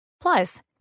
Plus